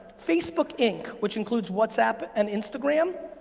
facebook, inc, which includes whatsapp and instagram,